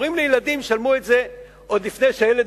ההורים לילדים ישלמו את המס הזה עוד לפני שהילד